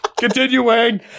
Continuing